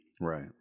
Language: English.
Right